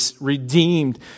redeemed